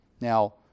Now